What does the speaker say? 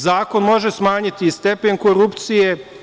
Zakon može smanjiti stepen korupcije.